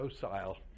docile